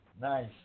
Nice